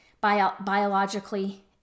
biologically